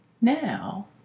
Now